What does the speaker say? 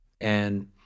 And-